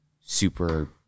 super